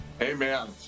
amen